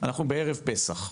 אנחנו בערב פסח.